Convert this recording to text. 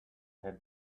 had